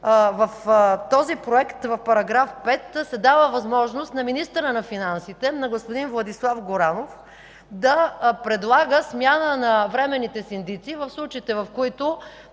в този проект в § 5 се дава възможност на министъра на финансите, на господин Владислав Горанов да предлага смяна на временните синдици в случаите, в които